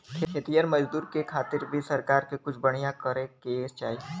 खेतिहर मजदूर के खातिर भी सरकार के कुछ बढ़िया करे के चाही